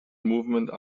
movement